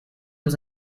was